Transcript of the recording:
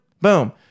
Boom